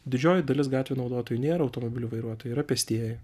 didžioji dalis gatvių naudotojai nėra automobilių vairuotojai yra pėstieji